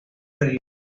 relieve